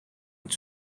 met